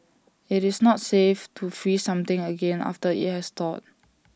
IT is not safe to freeze something again after IT has thawed